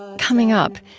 coming up,